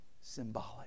symbolic